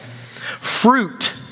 Fruit